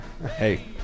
Hey